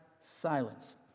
silence